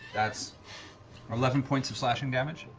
that's eleven points of slashing damage.